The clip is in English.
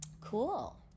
Cool